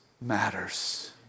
matters